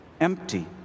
empty